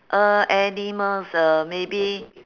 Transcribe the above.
uh animals uh maybe